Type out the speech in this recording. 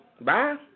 bye